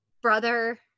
brother